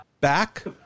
Back